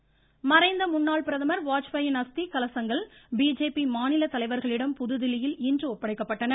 வாஜ்பாய் அஸ்தி மறைந்த முன்னாள் பிரதமர் வாஜ்பாயின் அஸ்தி கலசங்கள் பிஜேபி மாநில தலைவர்களிடம் புதுதில்லியில் இன்று ஒப்படைக்கப்பட்டன